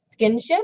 skinship